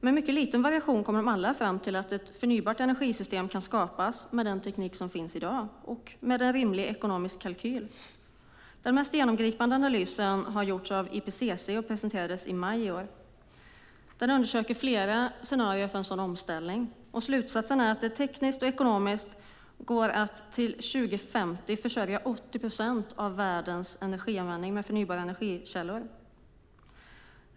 Med mycket liten variation kommer de alla fram till att ett system för förnybar energi kan skapas med den teknik som finns i dag, dessutom med en rimlig ekonomisk kalkyl. Den mest genomgripande analysen har gjorts av IPCC och presenterades i maj i år. Där undersöks flera scenarier för en sådan omställning. Slutsatsen är att det tekniskt och ekonomiskt går att till år 2050 täcka 80 procent av världens energianvändning med förnybara energikällor.